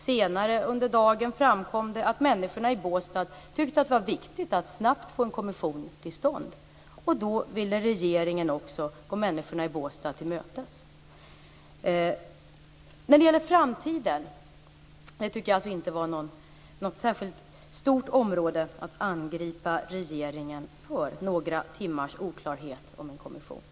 Senare under dagen framkom att människorna i Båstad tyckte att det var viktigt att snabbt få en kommission till stånd, och då ville regeringen gå människorna i Båstad till mötes. Jag tycker inte att detta var något stort området att angripa regeringen för. Det gällde några timmars oklarhet om en kommission.